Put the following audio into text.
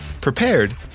prepared